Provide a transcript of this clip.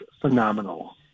phenomenal